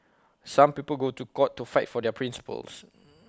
some people go to court to fight for their principles